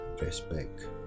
respect